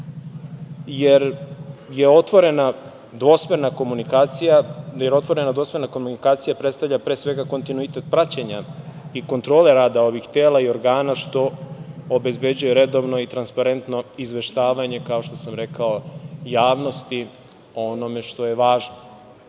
jer otvorena dvosmerna komunikacija predstavlja, pre svega kontinuitet praćenja i kontrole rada ovih tela i organa, što obezbeđuje redovno i transparentno izveštavanje, kao što sam rekao, javnosti o onome što je važno.